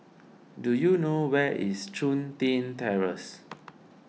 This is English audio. do you know where is Chun Tin Terrace